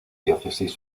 diócesis